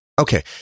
Okay